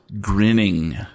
grinning